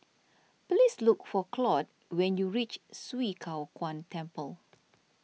please look for Claud when you reach Swee Kow Kuan Temple